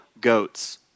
goats